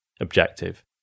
objective